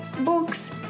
books